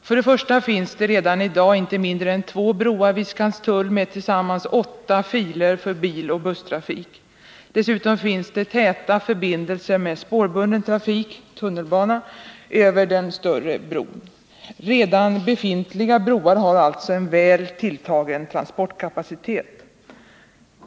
Först och främst finns det redan i dag inte mindre än två broar vid Skanstull med tillsammans åtta filer för biloch busstrafik. Dessutom finns det täta förbindelser med spårbunden trafik — tunnelbana — över den större bron. Redan befintliga broar har alltså en väl tilltagen transportkapacitet.